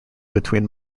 between